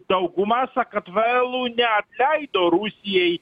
dauguma sakartvelų neatleido rusijai